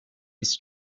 his